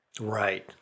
Right